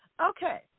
Okay